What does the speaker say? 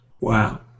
wow